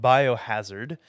Biohazard